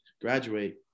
graduate